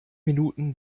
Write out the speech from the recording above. minuten